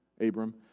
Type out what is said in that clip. Abram